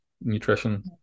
nutrition